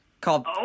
called